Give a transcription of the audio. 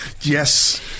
yes